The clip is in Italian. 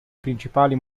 principali